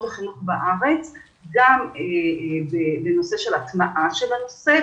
החינוך בארץ גם בנושא של הטמעה של הנושא,